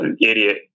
idiot